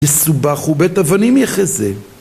יסובחו בית אבנים יחזה